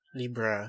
libra